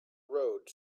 road